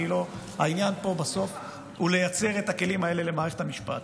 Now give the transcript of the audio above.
העניין פה בסוף הוא לייצר את הכלים האלה למערכת המשפט.